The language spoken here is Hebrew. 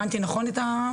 הבנתי נכון?